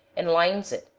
and lines it,